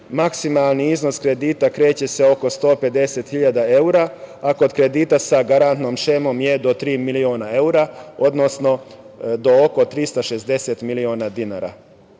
Maksimalni iznos kredita se kreće oko 150.000 eura, a kod kredita sa garantnom šemom je do tri miliona eura, odnosno do oko 360 miliona dinara. Grejs